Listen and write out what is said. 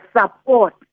support